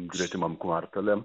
gretimam kvartale